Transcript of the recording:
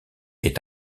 est